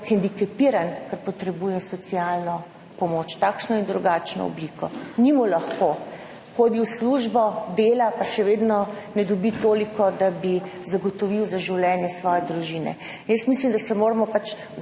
hendikepiran, ker potrebuje socialno pomoč, takšno in drugačno obliko, ni mu lahko, hodi v službo, dela, pa še vedno ne dobi toliko, da bi zagotovil za življenje svoje družine. Jaz mislim, da se moramo pač